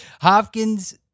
Hopkins